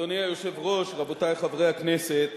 אדוני היושב-ראש, רבותי חברי הכנסת,